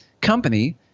company